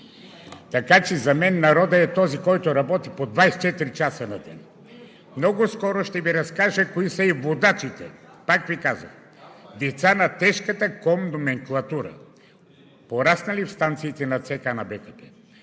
Така че за мен народът е този, който работи по 24 часа на ден. Много скоро ще Ви разкажа кои са водачите, пак Ви казах, деца на тежката комноменклатура, пораснали в станциите на ЦК на БКП.